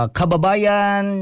kababayan